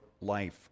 life